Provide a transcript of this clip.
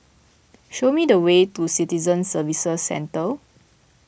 show me the way to Citizen Services Centre